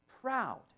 proud